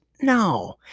no